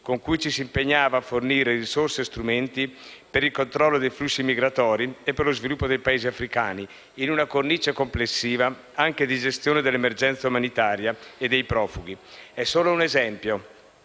con cui ci si impegnava a fornire risorse e strumenti per il controllo dei flussi migratori e per lo sviluppo dei Paesi africani, in una cornice complessiva anche di gestione dell'emergenza umanitaria e dei profughi. Questo è solo un esempio,